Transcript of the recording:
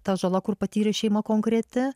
ta žala kur patyrė šeima konkreti